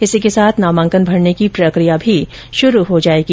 इसी के साथ नामांकन भरने की प्रकिया भी शुरू हो जायेगी